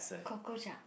cockroach ah